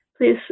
Please